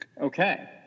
Okay